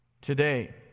today